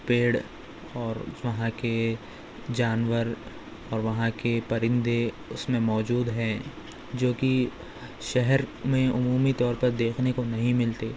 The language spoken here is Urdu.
پیڑ اور وہاں کے جانور اور وہاں کے پرندے اس میں موجود ہیں جو کہ شہر میں عمومی طور پر دیکھنے کو نہیں ملتے